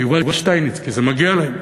אלא לשר הישן, יובל שטייניץ, כי זה מגיע להם.